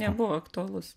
nebuvo aktualus